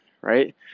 right